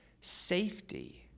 safety